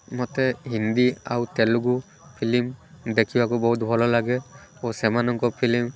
ମୋତେ ହିନ୍ଦୀ ଆଉ ତେଲୁଗୁ ଫିଲିମ୍ ଦେଖିବାକୁ ବହୁତ ଭଲ ଲାଗେ ମୁଁ ସେମାନଙ୍କ ଫିଲିମ୍